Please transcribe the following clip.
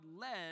led